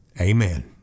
Amen